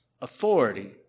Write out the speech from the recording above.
authority